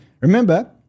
remember